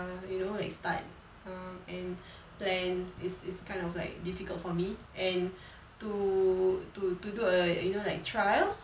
you know like start err and plan is is kind of like difficult for me and to to to do a you know like trial